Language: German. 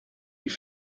die